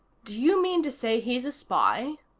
do you mean to say he's a spy?